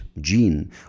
gene